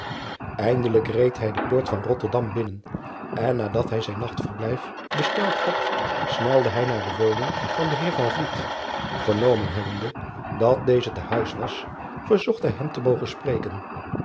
indelijk reed hij de poort van otterdam binnen en nadat hij zijn nachtverblijf besteld had snelde hij naar de woning van den eer ernomen hebbende dat deze te huis was verzocht hij hem te mogen spreken